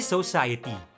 Society